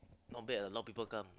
not bad a lot of people come